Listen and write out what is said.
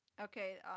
Okay